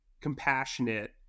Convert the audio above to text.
compassionate